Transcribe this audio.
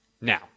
Now